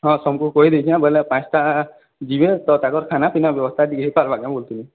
ହଁ ସମ୍କୁ କହି ଦେଇଛିଁ ବୋଇଲେ ପାଁସ୍ଟା ଯିବେ ତ ତାକର୍ ଖାନା ପିନା ବ୍ୟବସ୍ଥା ଟିକେ ହେଇପାର୍ବା କେଁ ବଲୁଥିଲି